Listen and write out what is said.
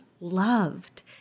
loved